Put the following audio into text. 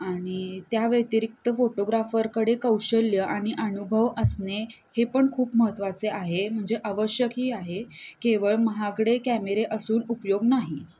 आणि त्याव्यतिरिक्त फोटोग्राफरकडे कौशल्य आणि अनुभव असणे हे पण खूप महत्त्वाचे आहे म्हणजे आवश्यकही आहे केवळ महागडे कॅमेरे असून उपयोग नाही